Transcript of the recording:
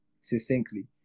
succinctly